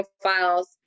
profiles